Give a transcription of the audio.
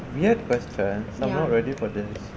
weird questions I'm not ready for this